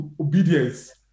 obedience